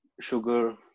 sugar